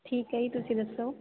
ਠੀਕ ਹੈ ਜੀ ਤੁਸੀਂ ਦੱਸੋ